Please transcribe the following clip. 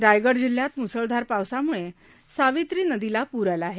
रायगड जिल्ह्यात मुसळधार पावसामुळे सावित्री नदीला प्र आला आहे